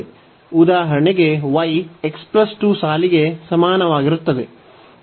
ಉದಾಹರಣೆಗೆ y x 2 ಸಾಲಿಗೆ ಸಮಾನವಾಗಿರುತ್ತದೆ